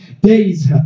days